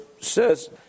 says